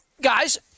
guys